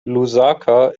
lusaka